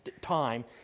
time